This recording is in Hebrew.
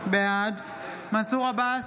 בעד מנסור עבאס,